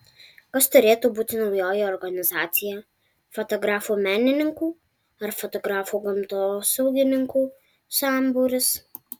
kas turėtų būti naujoji organizacija fotografų menininkų ar fotografų gamtosaugininkų sambūris